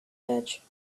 edge